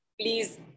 Please